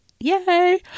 Yay